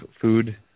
Food